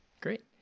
Great